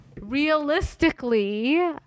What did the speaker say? realistically